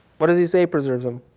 what does he say preserves him?